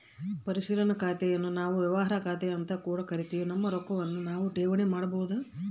ಪರಿಶೀಲನಾ ಖಾತೆನ್ನು ನಾವು ವ್ಯವಹಾರ ಖಾತೆಅಂತ ಕೂಡ ಕರಿತಿವಿ, ನಮ್ಮ ರೊಕ್ವನ್ನು ನಾವು ಠೇವಣಿ ಮಾಡಬೋದು